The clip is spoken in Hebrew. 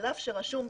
לא.